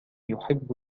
يحب